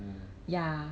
oh